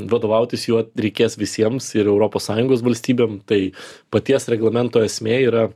vadovautis juo reikės visiems ir europos sąjungos valstybėm tai paties reglamento esmė yra